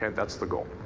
and that's the goal.